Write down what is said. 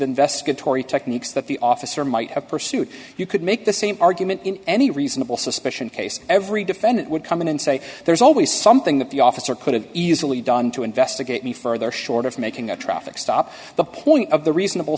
investigatory techniques that the officer might have pursued you could make the same argument in any reasonable suspicion case every defendant would come in and say there's always something that the officer could have easily done to investigate me further short of making a traffic stop the point of the reasonable